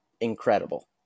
incredible